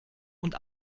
und